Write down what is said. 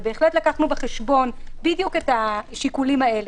בהחלט לקחנו בחשבון בדיוק את השיקולים האלה: